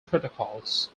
protocols